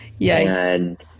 Yikes